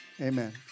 Amen